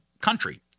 country